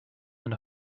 and